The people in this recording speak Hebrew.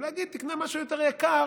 קל להגיד: תקנה משהו יותר יקר.